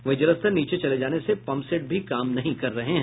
वहीं जलस्तर निचे चले जाने से पम्प सेट भी काम नहीं कर रहे हैं